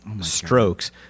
strokes